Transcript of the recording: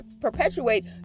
perpetuate